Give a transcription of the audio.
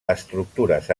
estructures